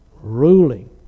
Ruling